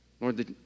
Lord